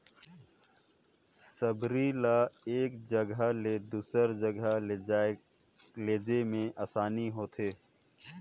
सबरी ल एक जगहा ले दूसर जगहा लेइजे मे असानी होथे